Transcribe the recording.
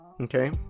okay